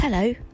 Hello